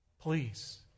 Please